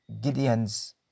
Gideon's